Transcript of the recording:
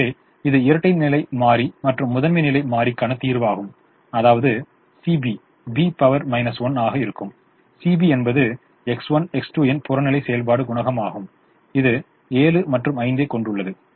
எனவே இது இரட்டை நிலை மாறி மற்றும் முதன்மை நிலை மாறிக்கான தீர்வாகும் அதாவது CB B 1 ஆக இருக்கும் CB என்பது X1 X2 இன் புறநிலை செயல்பாடு குணகம் ஆகும் இது 7 மற்றும் 5 ஐ கொண்டுள்ளது